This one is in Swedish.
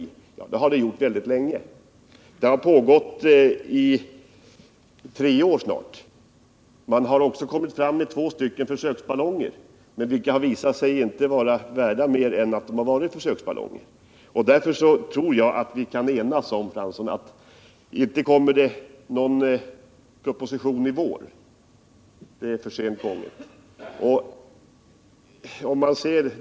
Ja, det har det gjort väldigt länge — i snart tre år. Det har också därifrån släppts upp två försöksballonger, som visat sig inte vara någonting annat än just försöksballonger. Därför tror jag, Arne Fransson, att vi kan enas om att det inte kommer någon proposition i vår — det är f. ö. för sent.